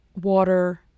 water